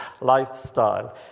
lifestyle